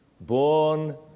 born